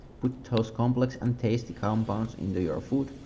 put those complex and tasty compounds into your food.